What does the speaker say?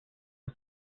was